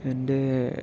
എൻ്റെ